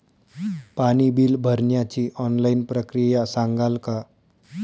पाणी बिल भरण्याची ऑनलाईन प्रक्रिया सांगाल का?